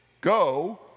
go